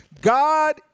God